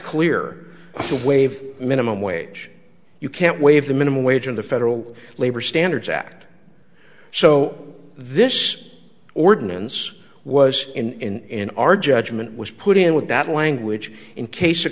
clear to waive minimum wage you can't waive the minimum wage in the federal labor standards act so this ordinance was in our judgment was put in with that language in case a